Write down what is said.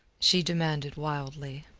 she demanded wildly.